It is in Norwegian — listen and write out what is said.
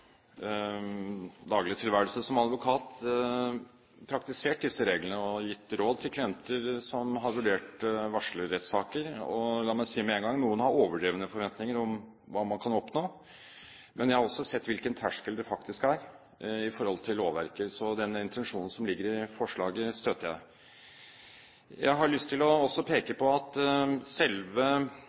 vurdert varslerrettssaker. La meg si med en gang at noen har overdrevne forventinger om hva man kan oppnå, men jeg har også sett hvilken terskel det faktisk er sett i forhold til lovverket. Den intensjonen som ligger i forslaget, støtter jeg. Jeg har lyst til også å peke på at det det har vært fokusert på i dag, er selve